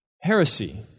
Heresy